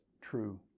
true